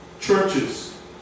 churches